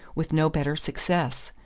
with no better success.